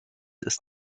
ist